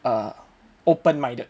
err open minded